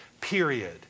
period